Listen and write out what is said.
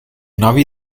navi